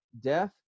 death